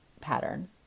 pattern